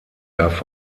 darf